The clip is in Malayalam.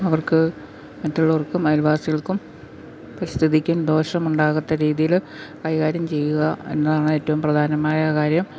അവർക്ക് മറ്റുള്ളവർക്കും അയൽവാസികൾക്കും പരിസ്ഥിതിക്കും ദോഷമുണ്ടാകാത്ത രീതിയിൽ കൈകാര്യം ചെയ്യുക എന്നതാണ് ഏറ്റവും പ്രധാനമായ കാര്യം